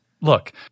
Look